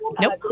Nope